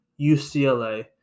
UCLA